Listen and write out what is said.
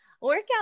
workout